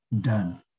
done